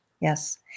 Yes